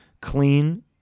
clean